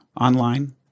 online